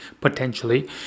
potentially